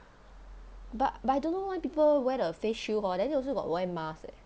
but but I don't know why people wear the face shield hor then they also got wear the face mask eh